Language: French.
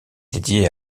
dédié